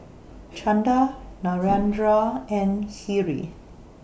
Chanda Narendra and Hri